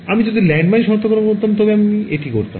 সুতরাং আমি যদি ল্যান্ডমাইন সনাক্তকরণ করতাম তবে আমি এটি করতাম